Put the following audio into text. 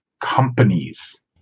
companies